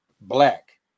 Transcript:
black